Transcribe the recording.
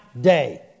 day